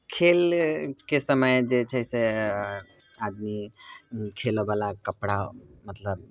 खेलके समय जे छै से आदमी खेलयवला कपड़ा मतलब